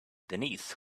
denise